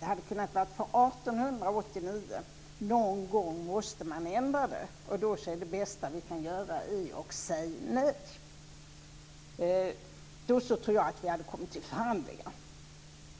Det hade kunnat vara från 1889. Någon gång måste man ändra det. Det bästa vi kan göra är att säga nej. Om vi hade gjort det tror jag att vi hade kommit till förhandlingar,